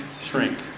shrink